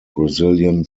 brazilian